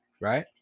right